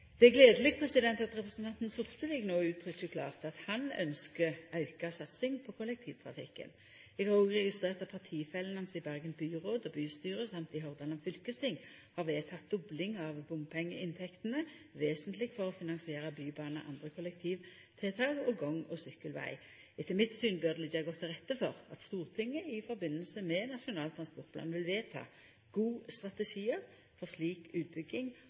Det er gledeleg at representanten Sortevik no uttrykkjer klårt at han ynskjer auka satsing på kollektivtrafikken. Eg har òg registrert at partifellane hans i byrådet og bystyret i Bergen og i Hordaland fylkesting har vedteke dobling av bompengeinntektene, vesentleg for å finansiera bybane, andre kollektivtiltak og gang- og sykkelveg. Etter mitt syn bør det liggja godt til rette for at Stortinget i samband med Nasjonal transportplan vil vedta gode strategiar for slik utbygging